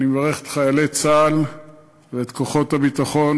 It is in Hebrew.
אני מברך את חיילי צה"ל ואת כוחות הביטחון